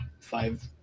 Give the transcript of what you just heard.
five